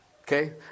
Okay